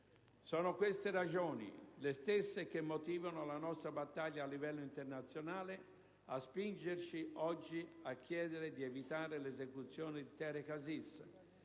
Sono queste ragioni, le stesse che motivano la nostra battaglia a livello internazionale, a spingerci oggi a chiedere di evitare l'esecuzione di Tareq Aziz.